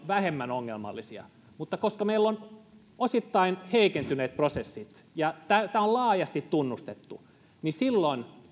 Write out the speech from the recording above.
vähemmän ongelmallisia mutta koska meillä on osittain heikentyneet prosessit ja tämä on laajasti tunnustettu niin silloin